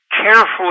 carefully